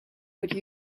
what